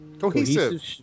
Cohesive